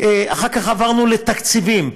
אחר כך עברנו לתקציבים,